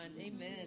Amen